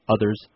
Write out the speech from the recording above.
others